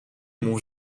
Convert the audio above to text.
mon